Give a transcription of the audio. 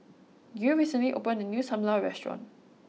Gil recently opened a new Sam Lau Restaurant